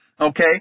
Okay